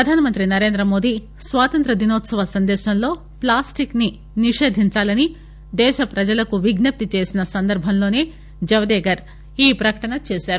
ప్రధానమంత్రి నరేంద్రమోదీ స్వాతంత్య దినోత్పవ సందేశంలో ప్లాస్టిక్ ని నిషేధించాలని దేశ ప్రజలకు విజ్జప్తి చేసిన సందర్బంలోనే జవదేకర్ ఈ ప్రకటన చేశారు